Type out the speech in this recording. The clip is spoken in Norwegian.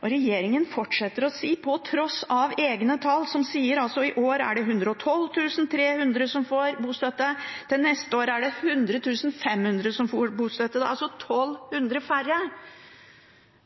og regjeringen fortsetter, på tross av egne tall som sier at i år er det 112 300 som får bostøtte, til neste år er det 100 500 som får bostøtte – det er altså 1 200 færre.